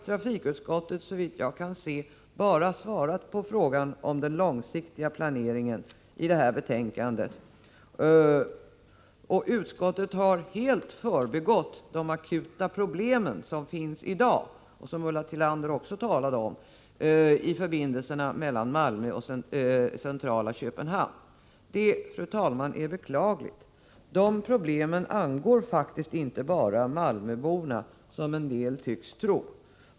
Trafikutskottet har såvitt jag kan se bara svarat på frågan om den långsiktiga planeringen i detta läge och har helt förbigått det akuta problem som finns i dag och som Ulla Tillander också talade om när det gäller förbindelserna mellan Malmö och centrala Köpenhamn. Detta är, fru talman, beklagligt. Problemen angår faktiskt inte bara malmöborna, som andra tycks tro.